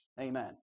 Amen